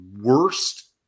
worst